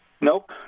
Nope